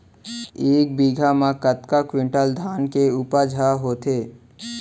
एक बीघा म कतका क्विंटल धान के उपज ह होथे?